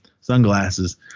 sunglasses